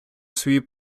свої